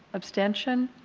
abstention.